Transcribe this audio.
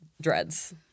dreads